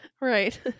Right